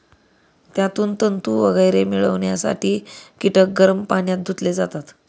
त्यातून तंतू वगैरे मिळवण्यासाठी कीटक गरम पाण्यात धुतले जातात